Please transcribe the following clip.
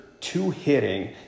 two-hitting